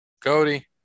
Cody